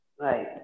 Right